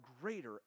greater